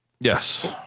Yes